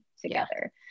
together